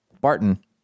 Barton